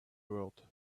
world